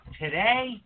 Today